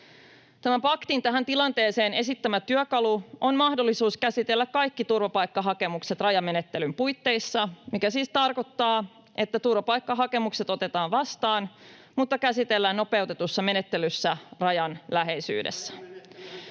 Tämän paktin tähän tilanteeseen esittämä työkalu on mahdollisuus käsitellä kaikki turvapaikkahakemukset rajamenettelyn puitteissa, mikä siis tarkoittaa, että turvapaikkahakemukset otetaan vastaan, mutta käsitellään nopeutetussa menettelyssä rajan läheisyydessä.